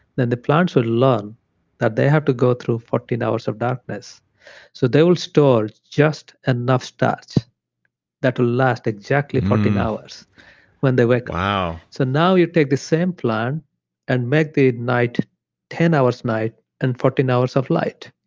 then the plants will learn that they have to go through fourteen hours of darkness so they will store just enough starch that will last exactly fourteen hours when they wake up wow so now, you take the same plant and make the night ten hours night and fourteen hours of light.